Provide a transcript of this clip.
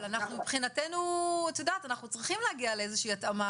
אבל מבחינתנו אנחנו צריכים להגיע לאיזושהי התאמה,